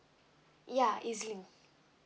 yeah ezlink